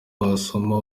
wasoma